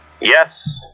Yes